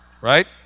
Right